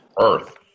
Earth